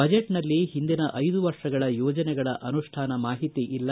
ಬಜೆಟ್ನಲ್ಲಿ ಹಿಂದಿನ ಐದು ವರ್ಷಗಳ ಯೋಜನೆಗಳ ಅನುಷ್ಲಾನ ಮಾಹಿತಿ ಇಲ್ಲ